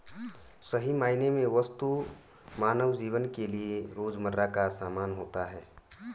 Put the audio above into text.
सही मायने में वस्तु मानव जीवन के लिये रोजमर्रा का सामान होता है